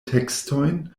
tekstojn